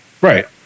Right